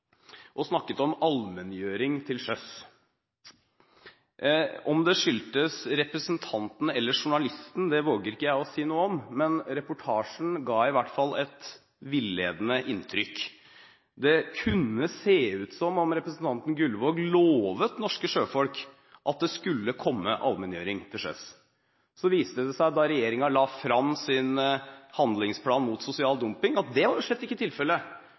og snakket om allmenngjøring til sjøs. Om det skyldtes representanten eller journalisten, våger ikke jeg å si noe om, men reportasjen ga i hvert fall et villedende inntrykk. Det kunne se ut som om representanten Gullvåg lovet norske sjøfolk at det skulle komme allmenngjøring til sjøs. Så viste det seg da regjeringen la frem sin handlingsplan mot sosial dumping, at det slett ikke var tilfellet.